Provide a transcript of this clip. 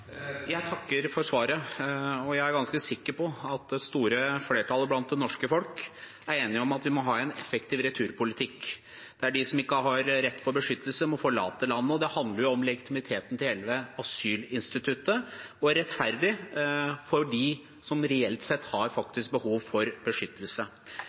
Jeg takker for svaret. Jeg er ganske sikker på at det store flertallet blant det norske folk er enige om at vi må ha en effektiv returpolitikk, der de som ikke har rett til beskyttelse, må forlate landet. Det handler om legitimiteten til hele asylinstituttet og rettferdighet for dem som reelt sett har behov for beskyttelse.